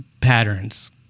patterns